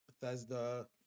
Bethesda